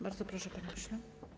Bardzo proszę, panie pośle.